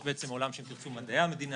התשפ"א-2021 אני מתכבד לפתוח את הישיבה.